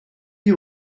you